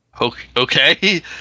Okay